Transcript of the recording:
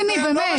סליחה, גם אנחנו.